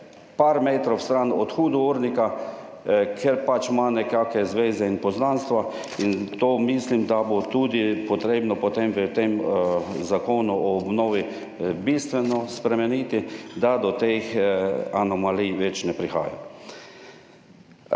par metrov stran od hudournika, ker ima nekakšne zveze in poznanstva in to mislim, da bo tudi potrebno potem v tem Zakonu o obnovi bistveno spremeniti, da do teh anomalij več ne prihaja.